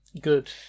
Good